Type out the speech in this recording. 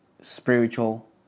spiritual